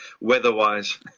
weather-wise